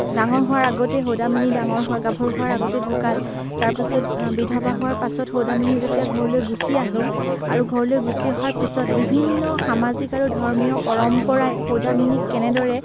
ডাঙৰ হোৱাৰ আগতেই সৌদামিনী ডাঙৰ হোৱাৰ গাভৰু হোৱাৰ আগতেই ঢুকাল তাৰ পিছত বিধৱা হোৱাৰ পাছত সৌদামিনী যেতিয়া ঘৰলৈ গুচি আহিল আৰু ঘৰলৈ গুচি অহাৰ পিছত বিভিন্ন সামাজিক আৰু ধৰ্মীয় পৰম্পৰাই সৌদামিনীক কেনেদৰে